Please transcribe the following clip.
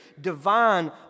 divine